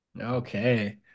Okay